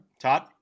Todd